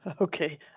Okay